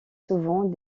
souvent